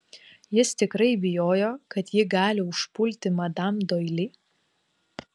jis tikrai bijojo kad ji gali užpulti madam doili